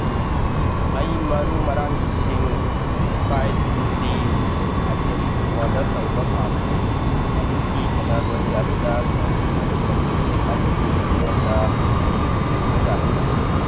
ꯑꯩ ꯃꯔꯨ ꯃꯔꯥꯡꯁꯤꯡ ꯏꯁꯄꯥꯏꯁꯤꯁ ꯑꯥꯏꯇꯦꯝꯁꯤꯡ ꯑꯣꯔꯗꯔ ꯇꯧꯕ ꯄꯥꯝꯃꯤ ꯃꯗꯨꯒꯤ ꯀꯦꯇꯥꯒꯣꯔꯤ ꯑꯗꯨꯗ ꯀꯔꯤ ꯀꯔꯤ ꯂꯩꯕꯒꯦ ꯍꯥꯏꯕꯗꯨ ꯑꯩꯉꯣꯟꯗ ꯎꯠꯄꯤꯕ ꯌꯥꯒꯗ꯭ꯔ